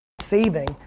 saving